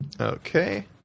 Okay